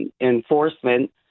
enforcement